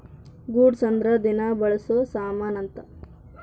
goods ಅಂದ್ರ ದಿನ ಬಳ್ಸೊ ಸಾಮನ್ ಅಂತ